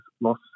loss